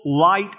light